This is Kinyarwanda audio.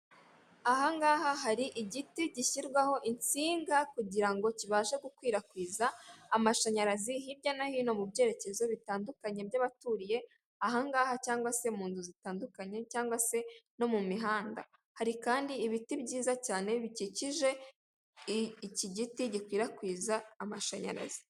Ahangaha hari igiti gishyirwaho insinga kugira ngo kibashe gukwirakwiza amashanyarazi hirya no hino mu byerekezo bitandukanye byabaturiye ahangaha cyangwa se mu nzu zitandukanye cyangwa se no mu mihanda. Hari kandi ibiti byiza cyane bikikije iki giti gikwirakwiza amashanyarazi.